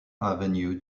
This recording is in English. avenue